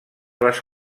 les